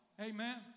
Amen